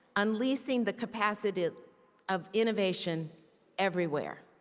unleashing the capacity of innovation everywhere.